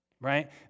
Right